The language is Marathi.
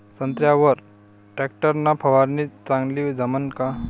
संत्र्यावर वर टॅक्टर न फवारनी चांगली जमन का?